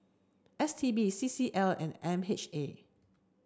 S T B C C L and M H A